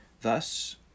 Thus